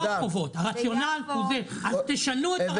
לא החובות, הרציונל הוא זה, תשנו את הרציונל.